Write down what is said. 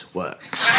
works